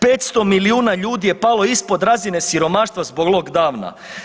500 milijuna ljudi je palo ispod razine siromaštva zbog lockdowna.